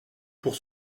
pour